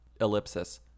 ellipsis